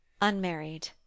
unmarried